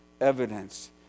evidence